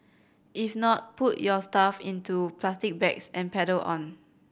if not put your stuff into plastic bags and pedal on